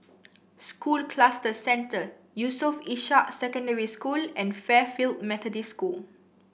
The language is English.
School Cluster Centre Yusof Ishak Secondary School and Fairfield Methodist School